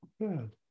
good